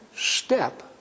Step